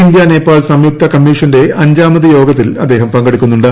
India Nepal സംയുക്ത കമ്മീഷന്റെ അഞ്ചാമത് യോഗത്തിൽ അദ്ദേഹം പങ്കെടുക്കുന്നുണ്ട്